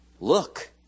Look